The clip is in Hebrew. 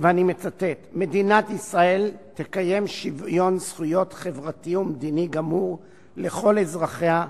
"מדינת ישראל תקיים שוויון זכויות חברתי ומדיני גמור לכל אזרחיה,